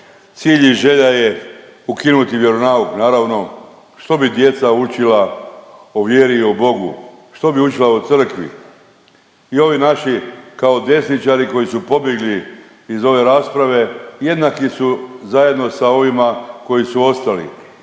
Cilj i želja je ukinuti vjeronauk, naravno što bi djeca učila o vjeri i o Bogu, što bi učila o crkvi. I ovi naši kao desničari koji su pobjegli iz ove rasprave jednaki su zajedno sa ovima koji su ostali,